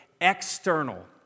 external